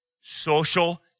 Social